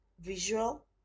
visual